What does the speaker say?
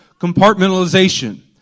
compartmentalization